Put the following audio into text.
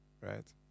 Right